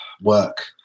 work